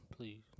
Please